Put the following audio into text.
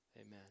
Amen